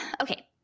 okay